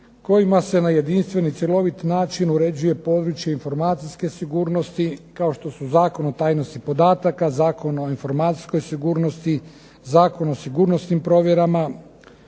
kojima se na jedinstven i cjelovit način uređuje područje informacijske sigurnosti kao što su Zakon o tajnosti podataka, Zakon o informacijskoj sigurnosti, Zakon o sigurnosnim provjerama,